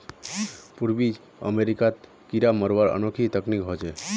पूर्वी अमेरिकात कीरा मरवार अनोखी तकनीक ह छेक